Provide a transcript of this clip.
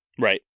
right